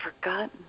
forgotten